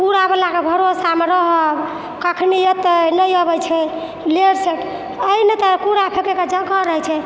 कूड़ावला के भरोसामे रहब कखनी एतै नहि अबै छै लेट सेट आइ नहि तऽ कूड़ा फेकैके जगह रहै छै